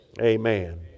Amen